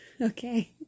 Okay